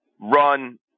run